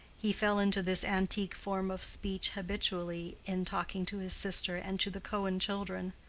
he fell into this antique form of speech habitually in talking to his sister and to the cohen children.